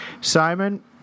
Simon